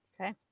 Okay